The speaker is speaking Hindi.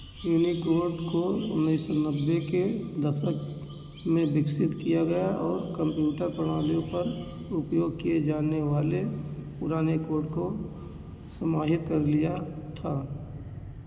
यूनिकोड को उन्नीस सौ नब्बे के दशक में विकसित किया गया और कंप्यूटर प्रणालियों पर उपयोग किए जाने वाले पुराने कोड को समाहित कर लिया था